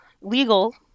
legal